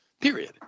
period